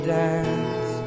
dance